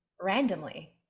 randomly